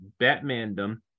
Batmandom